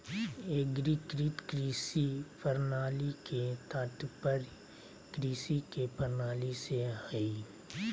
एग्रीकृत कृषि प्रणाली के तात्पर्य कृषि के प्रणाली से हइ